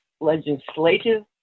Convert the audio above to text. legislative